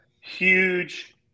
Huge